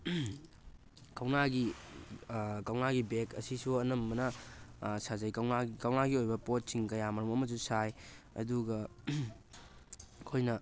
ꯀꯧꯅꯥꯒꯤ ꯀꯧꯅꯥꯒꯤ ꯕꯦꯒ ꯑꯁꯤꯁꯨ ꯑꯅꯝꯕꯅ ꯁꯥꯖꯩ ꯀꯧꯅꯥꯒꯤ ꯑꯣꯏꯕ ꯄꯣꯠꯁꯤꯡ ꯀꯌꯥ ꯃꯔꯨꯝ ꯑꯃꯁꯨ ꯁꯥꯏ ꯑꯗꯨꯒ ꯑꯩꯈꯣꯏꯅ